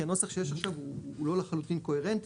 כי הנוסח שיש לנו עכשיו הוא לא לחלוטין קוהרנטי.